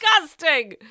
disgusting